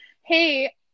hey